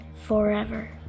Forever